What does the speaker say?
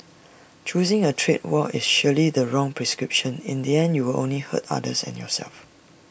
choosing A trade war is surely the wrong prescription in the end you will only hurt others and yourself